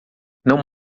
não